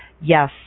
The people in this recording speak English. yes